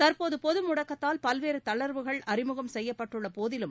தற்போது பொது முடக்கத்தில் பல்வேறு தளா்வுகள் அறிமுகம் செய்யப்பட்டுள்ள போதிலும்